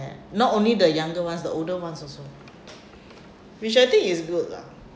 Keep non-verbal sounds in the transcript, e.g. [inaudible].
not only the younger ones the older ones also [breath] which I think is good lah